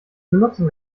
benutzung